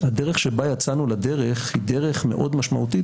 הדרך שבה יצאנו לדרך היא דרך מאוד משמעותית,